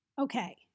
Okay